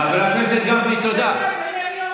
חבר הכנסת גפני, תודה.